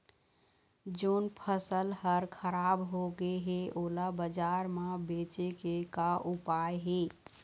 जोन फसल हर खराब हो गे हे, ओला बाजार म बेचे के का ऊपाय हे?